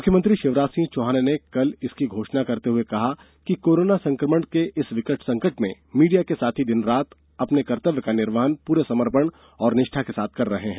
मुख्यमंत्री शिवराज सिंह चौहान ने कल इसकी घोषणा करते हुए कहा कि कोरोना संक्रमण के इस विकट संकट में मीडिया के साथी दिन और रात अपने कर्तव्य का निर्वहन पूरे समर्पण और निष्ठा के साथ कर रहे हैं